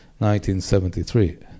1973